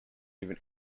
even